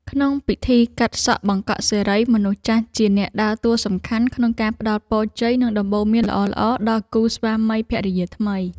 ក្នុងពិធីកាត់សក់បង្កក់សិរី មនុស្សចាស់ជាអ្នកដើរតួសំខាន់ក្នុងការផ្តល់ពរជ័យ និងដំបូន្មានល្អៗដល់គូស្វាមីភរិយាថ្មី។